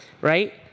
right